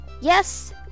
yes